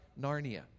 Narnia